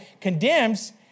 condemns